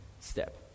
step